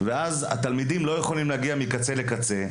ואז התלמידים לא יכולים להגיע מקצה לקצה,